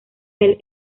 del